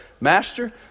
Master